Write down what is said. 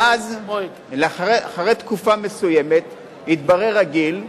ואז, אחרי תקופה מסוימת התברר הגיל,